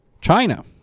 China